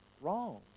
Wrong